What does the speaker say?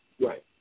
Right